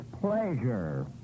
pleasure